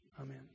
Amen